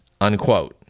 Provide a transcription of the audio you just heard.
unquote